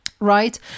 Right